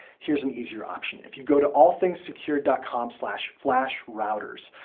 here's an easier option. if you go to allthingssecured ah com flashrouters,